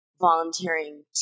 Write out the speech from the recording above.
volunteering